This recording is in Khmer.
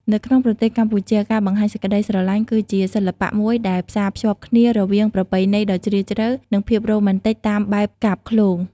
នៅក្នុងប្រទេសកម្ពុជា ការបង្ហាញសេចក្តីស្រឡាញ់គឺជាសិល្បៈមួយដែលផ្សារភ្ជាប់គ្នារវាងប្រពៃណីដ៏ជ្រាលជ្រៅ និងភាពរ៉ូមែនទិកតាមបែបកាព្យឃ្លោង។